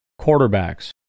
quarterbacks